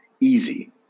easy